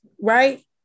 Right